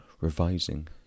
revising